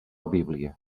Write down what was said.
bíblia